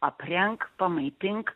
aprengk pamaitink